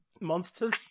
monsters